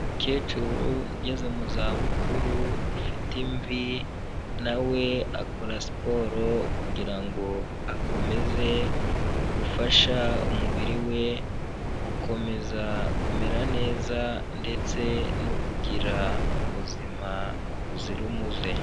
Umukecuru ugeze mu za bukuru ufite imvi, nawe akora siporo kugira ngo akomeze gufasha umubiri we gukomeza kumera neza ndetse no kugira ubuzima buzira umuze.